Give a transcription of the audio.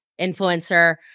influencer